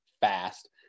fast